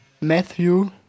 Matthew